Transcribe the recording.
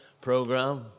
program